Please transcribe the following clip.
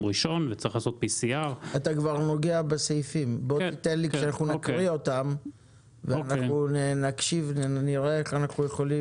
ראשון והוא צריך לעשות בדיקת PCR. אנחנו חושבים